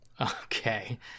Okay